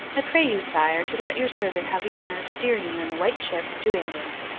i pray you, sire, to let your servant have the honour of steering you in the white ship to england